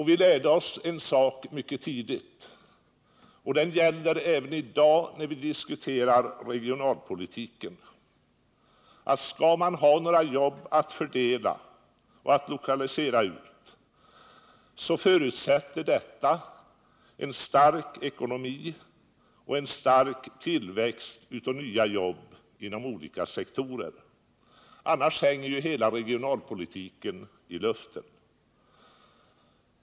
Vi lärde oss en sak mycket tidigt, och den gäller även i dag när vi diskuterar regionalpolitiken, nämligen att skall man ha några jobb att fördela och lokalisera ut, så förutsätter detta en stark ekonomi och en stark tillväxt av nya jobb inom olika sektorer. Annars hänger ju hela regionalpolitiken i luften.